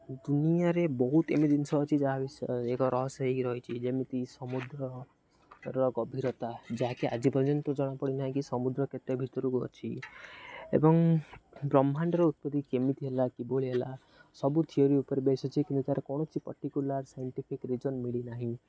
ଦୁନିଆରେ ବହୁତ ଏମିତି ଜିନିଷ ଅଛି ଯାହା ବିଷୟରେ ଏକ ରହସ୍ୟ ହୋଇକି ରହିଛି ଯେମିତି ସମୁଦ୍ରର ଗଭୀରତା ଯାହାକି ଆଜି ପର୍ଯ୍ୟନ୍ତ ଜଣାପଡ଼ିନାହିଁ କି ସମୁଦ୍ର କେତେ ଭିତରକୁ ଅଛି ଏବଂ ବ୍ରହ୍ମାଣ୍ଡର ଉତ୍ପତି କେମିତି ହେଲା କିଭଳି ହେଲା ସବୁ ଥିଓରି ଉପରେ ବେସ୍ ଅଛି କିନ୍ତୁ ତା'ର କୌଣସି ପର୍ଟିକୁୁଲାର୍ ସାଇଣ୍ଟିଫିକ୍ ରିଜନ୍ ମିଳିନାହିଁ